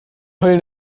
heulen